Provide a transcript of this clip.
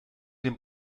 dem